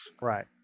Right